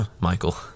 Michael